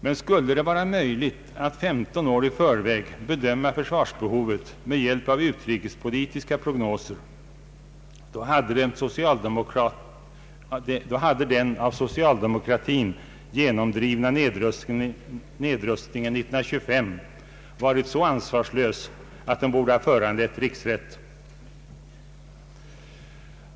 Men skulle det vara möjligt att 15 år i förväg bedöma försvarsbehovet med hjälp av utrikespolitiska prognoser, då hade den av socialdemokratin genomdrivna nedrustningen år 1925 varit så ansvarslös att den borde ha föranlett riksrätt.